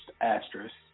asterisk